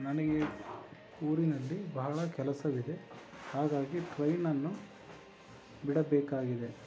ನನಗೆ ಊರಿನಲ್ಲಿ ಬಹಳ ಕೆಲಸವಿದೆ ಹಾಗಾಗಿ ಟ್ರೈನನ್ನು ಬಿಡಬೇಕಾಗಿದೆ